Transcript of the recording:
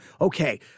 okay